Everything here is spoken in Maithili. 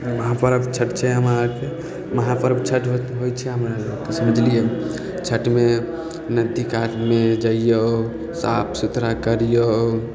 महापर्व छठ छै महापर्ब छठ होइ छै हमरा लोगके समझलियै छठमे नदी कातमे जइयौ साफ सुथरा करियौ